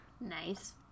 Nice